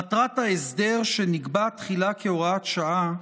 מטרת ההסדר, שנקבע תחילה כהוראת שעה,